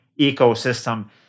ecosystem